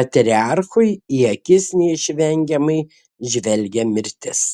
patriarchui į akis neišvengiamai žvelgia mirtis